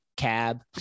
cab